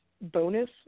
bonus